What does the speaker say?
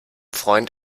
freund